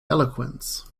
eloquence